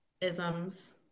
isms